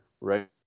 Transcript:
right